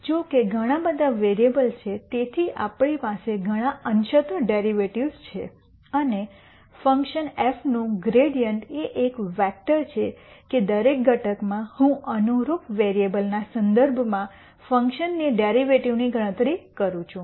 જો કે ઘણા બધા વેરીએબલ્સ છે તેથી આપણી પાસે ઘણાં અંશત ડેરિવેટિવ્ઝ છે અને ફંક્શન f નું ગ્રૈડીઅન્ટ એ એક વેક્ટર છે કે દરેક ઘટકમાં હું અનુરૂપ વેરીએબલના સંદર્ભમાં ફંકશનની ડેરિવેટિવ ની ગણતરી કરું છું